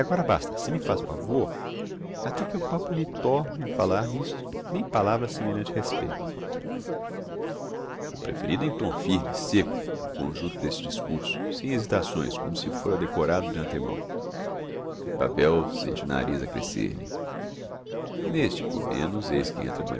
se me faz favor até que eu proprio lhe torne a falar n'isso nem palavra a semelhante respeito foi proferido em tom firme sêcco o conjuncto d'este discurso sem hesitações como se fôra decorado de antemão e pavel sente o nariz a crescer lhe n'este comenos eis que entra